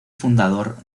fundador